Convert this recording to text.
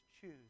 choose